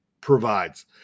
provides